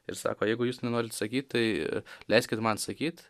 ir sako jeigu jūs nenorit sakyt tai leiskit man sakyt